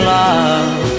love